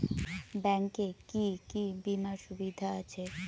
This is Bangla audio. ব্যাংক এ কি কী বীমার সুবিধা আছে?